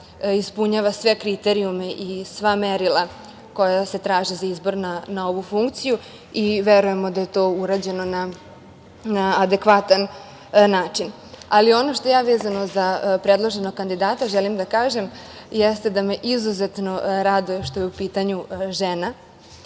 ispunjava sve kriterijume i sva merila koja se traže za izbor na ovu funkciju i verujemo da je to urađeno na adekvatan način. Ono što ja želim da kažem vezano za predloženog kandidata jeste da me izuzetno raduje što je u pitanju žena,